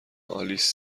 آلیس